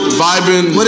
vibing